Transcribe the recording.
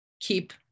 keep